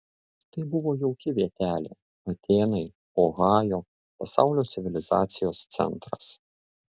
tai buvo jauki vietelė atėnai ohajo pasaulio civilizacijos centras